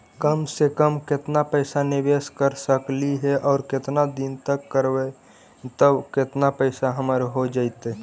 कम से कम केतना पैसा निबेस कर सकली हे और केतना दिन तक करबै तब केतना पैसा हमर हो जइतै?